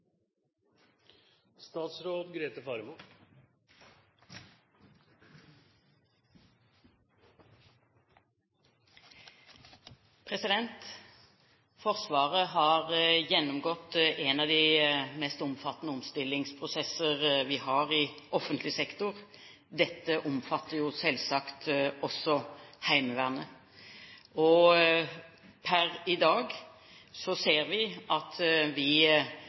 Forsvaret har gjennomgått en av de mest omfattende omstillingsprosesser vi har i offentlig sektor. Dette omfatter selvsagt også Heimevernet. Per i dag ser vi at vi